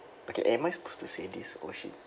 okay am I supposed to say this !oh! shit